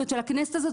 של הכנסת הזאת,